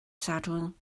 sadwrn